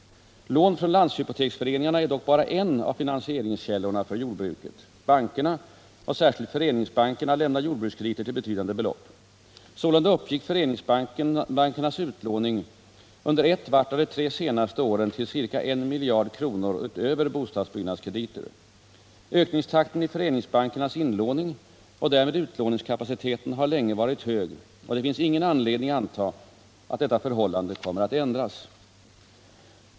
Lån från landshypoteksföreningarna är dock bara en av finansieringskällorna för jordbruket. Bankerna och särskilt föreningsbankerna lämnar jordbrukskrediter till betydande belopp. Sålunda uppgick föreningsbankernas utlåning under vart och ett av de tre senaste åren till ca en miljard kronor utöver bostadsbyggnadskrediter. Ökningstakten i föreningsbankernas inlåning, och därmed utlåningskapaciteten, har länge varit hög, och det finns ingen anledning anta att detta förhållande kommer att ändras.